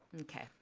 okay